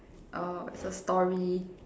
is a story